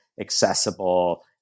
accessible